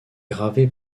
gravé